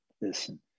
Listen